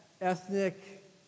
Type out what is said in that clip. ethnic